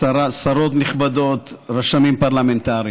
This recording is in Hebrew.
שרות נכבדות, רשמים פרלמנטריים,